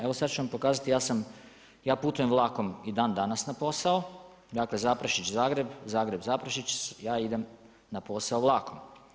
Evo sad ću vam pokazati, ja putujem vlakom i dan danas na posao, dakle Zaprešić-Zagreb, Zagreb-Zaprešić, ja idem na posao vlakom.